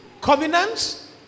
covenants